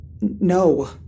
No